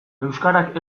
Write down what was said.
euskarak